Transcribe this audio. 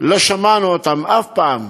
לא שמענו אותם אף פעם,